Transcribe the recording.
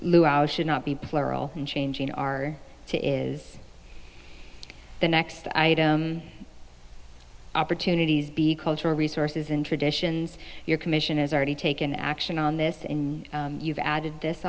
that should not be plural and changing our to is the next opportunities be cultural resources and traditions your commission has already taken action on this and you've added this